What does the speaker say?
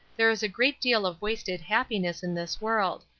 there is a great deal of wasted happiness in this world.